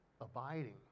Abiding